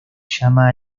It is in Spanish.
llama